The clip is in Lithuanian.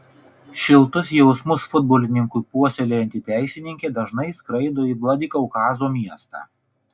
šiltus jausmus futbolininkui puoselėjanti teisininkė dažnai skraido į vladikaukazo miestą